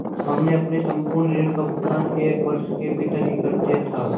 हमने अपने संपूर्ण ऋण का भुगतान एक वर्ष के भीतर ही कर दिया था